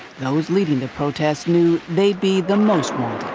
those leading the protests knew they'd be the most wanted.